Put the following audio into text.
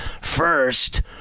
First